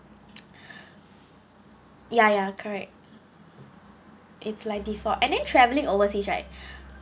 ya ya correct it's like default and then travelling overseas right